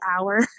hour